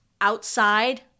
outside